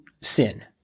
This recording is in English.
sin